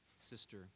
sister